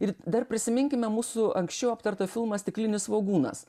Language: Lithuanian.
ir dar prisiminkime mūsų anksčiau aptartą filmą stiklinis svogūnas